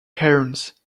cairns